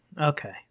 Okay